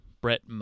Brett